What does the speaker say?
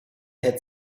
had